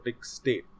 state